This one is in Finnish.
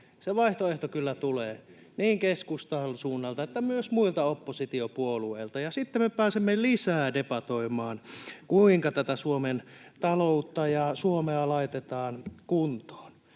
vaihtoehto kyllä tulee, niin keskustan suunnalta kuin myös muilta oppositiopuolueilta, ja sitten me pääsemme lisää debatoimaan, kuinka tätä Suomen taloutta ja Suomea laitetaan kuntoon.